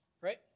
Right